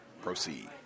proceed